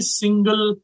single